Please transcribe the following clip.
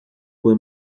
fue